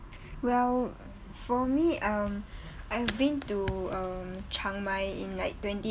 well for me um I've been to um chiang mai in like twenty